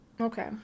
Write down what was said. Okay